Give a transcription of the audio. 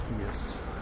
Yes